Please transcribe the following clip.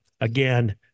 Again